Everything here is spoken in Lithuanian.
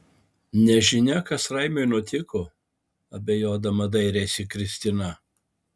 nežinia kas raimiui nutiko abejodama dairėsi kristina